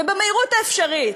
ובמהירות האפשרית,